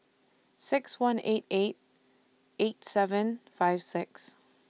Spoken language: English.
six one eight eight eight seven five six